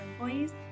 employees